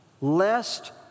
lest